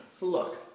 Look